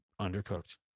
undercooked